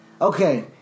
Okay